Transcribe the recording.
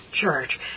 church